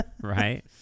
right